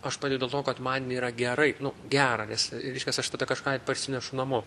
aš padedu dėl to kad man yra gerai nu gera nes reiškias aš tada kažką parsinešu namo